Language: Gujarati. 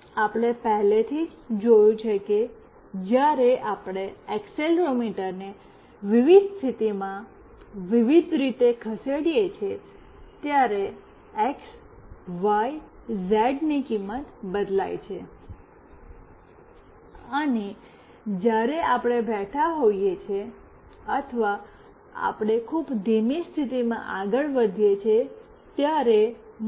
તેથી આપણે પહેલેથી જ જોયું છે કે જ્યારે આપણે એક્સીલેરોમીટરને વિવિધ સ્થિતિમાં વિવિધ રીતે ખસેડીએ છીએ ત્યારે એક્સ વાય ઝેડ ની કિંમત બદલાય છે અને જ્યારે આપણે બેઠા હોઈએ છીએ અથવા આપણે ખૂબ ધીમી સ્થિતિમાં આગળ વધીએ છીએ ત્યારે